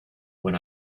when